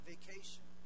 vacation